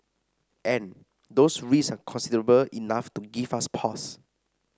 and those risks are considerable enough to give us pause